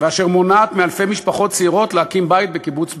ואשר מונעת מאלפי משפחות צעירות להקים בית בקיבוץ בישראל.